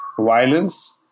violence